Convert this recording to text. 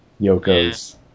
Yoko's